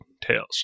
Tails